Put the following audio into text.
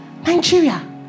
Nigeria